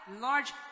large